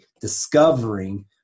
discovering